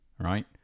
right